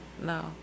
No